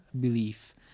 belief